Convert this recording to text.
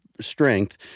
strength